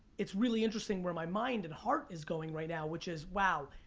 it's really interesting where my mind and heart is going right now, which is wow,